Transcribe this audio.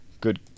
Good